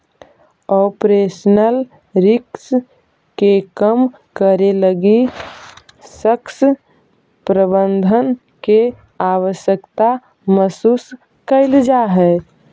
operational risk के कम करे लगी सशक्त प्रबंधन के आवश्यकता महसूस कैल जा हई